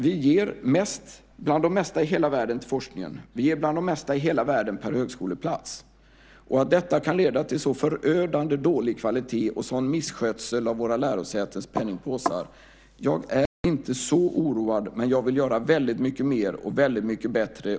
Vi är bland de länder i världen som ger mest till forskningen och per högskoleplats. Hur kan detta leda till en så förödande dålig kvalitet och en sådan misskötsel av våra lärosätens penningpåsar? Jag är inte så oroad, men jag vill göra väldigt mycket mer och väldigt mycket bättre.